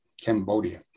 Cambodia